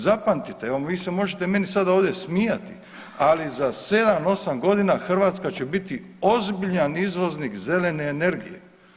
Zapamtite, evo, vi se možete meni sada ovdje smijati, ali za 7, 8 godina Hrvatska će biti ozbiljan izvoznik zelene energije.